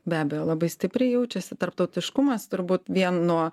be abejo labai stipriai jaučiasi tarptautiškumas turbūt vien nuo